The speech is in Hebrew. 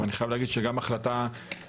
אבל אני חייב להגיד שגם החלטה 550,